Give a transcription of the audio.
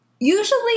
usually